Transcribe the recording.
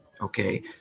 Okay